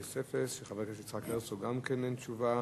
1900, של חבר הכנסת יצחק הרצוג, גם כן אין תשובה.